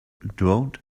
droned